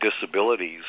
disabilities